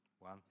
One